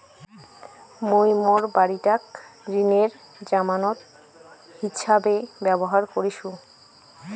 মুই মোর বাড়িটাক ঋণের জামানত হিছাবে ব্যবহার করিসু